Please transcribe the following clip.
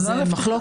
על זה אין מחלוקת.